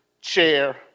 chair